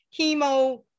chemo